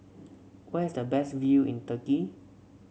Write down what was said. where is the best view in Turkey